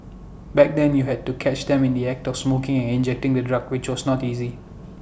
back then you had to catch them in the act of smoking and injecting the drugs which was not easy